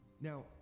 Now